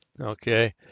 Okay